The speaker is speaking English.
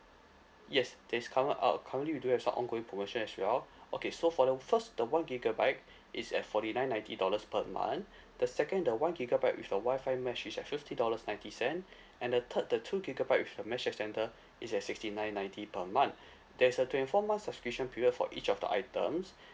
yes there's current uh currently we do have some ongoing promotion as well okay so for the first the one gigabyte it's at forty nine ninety dollars per month the second the one gigabyte with the WI-FI mesh is at fifty dollars ninety cent and the third the two gigabyte with the mesh extender it's at sixty nine ninety per month there's a twenty four months subscription period for each of the items